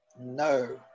No